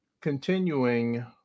continuing